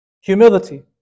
humility